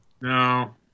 No